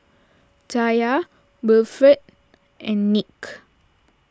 Taya Wilfrid and Nick